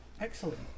Excellent